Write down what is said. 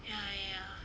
ya ya